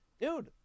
dude